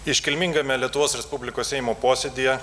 iškilmingame lietuvos respublikos seimo posėdyje